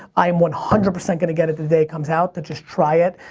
i am one hundred percent gonna get it the day it comes out to just try it.